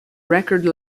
record